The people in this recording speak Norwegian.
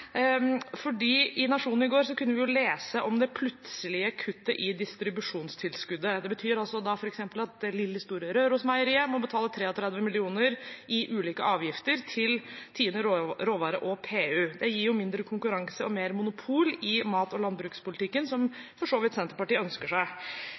I Nationen i går kunne vi lese om det plutselige kuttet i distribusjonstilskuddet. Det betyr f.eks. at det lille store Rørosmeieriet må betale 33 mill. kr i ulike avgifter til Tine Råvare og PU-ordningen. Det gir mindre konkurranse og mer monopol i mat- og landbrukspolitikken, som